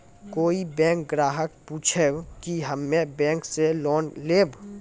कोई बैंक ग्राहक पुछेब की हम्मे बैंक से लोन लेबऽ?